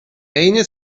عین